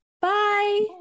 Bye